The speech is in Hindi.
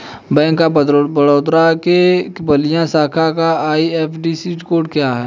बैंक ऑफ बड़ौदा के बलिया शाखा का आई.एफ.एस.सी कोड क्या है?